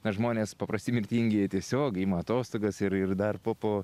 mes žmonės paprasti mirtingieji tiesiog ima atostogas ir ir dar po po